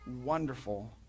wonderful